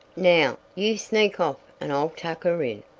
now, you sneak off and i'll tuck her in.